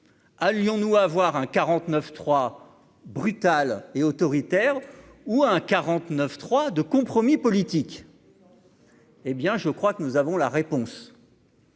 à Lyon nous avoir un 49 3 brutale et autoritaire, ou un 49 3 de compromis politique. Hé bien, je crois que nous avons la réponse.